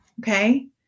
Okay